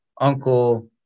uncle